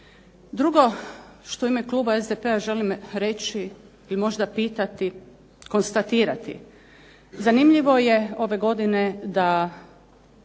Drugo što u ime Kluba SDP-a želim reći, ili možda pitati, konstatirati, zanimljivo je ove godine da